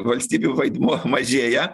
valstybių vaidmuo mažėja